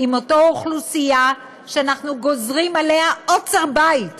עם אותה אוכלוסייה שאנחנו גוזרים עליה עוצר בית בשישי-שבת.